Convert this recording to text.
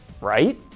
right